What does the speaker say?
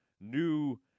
new